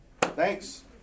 Thanks